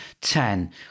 ten